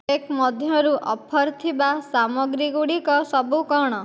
cake ମଧ୍ୟରୁ offer ଥିବା ସାମଗ୍ରୀଗୁଡ଼ିକ ସବୁ କ'ଣ